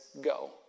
go